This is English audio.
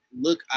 look